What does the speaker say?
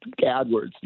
AdWords